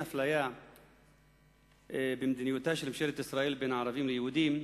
אפליה במדיניותה של ממשלת ישראל בין הערבים ליהודים,